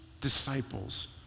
disciples